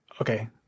okay